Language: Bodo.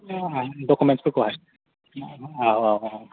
डुकुमेन्टसफोरखौहाय औ औ